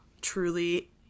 truly